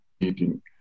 meeting